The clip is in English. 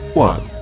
one,